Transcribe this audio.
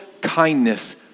kindness